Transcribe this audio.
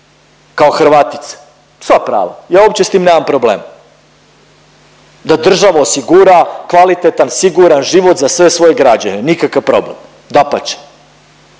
kao Hrvatice, sva prava, ja uopće s tim nemam problem da država osigura kvalitetan i siguran život za sve svoje građane, nikakav problem, dapače.